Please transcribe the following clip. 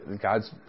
God's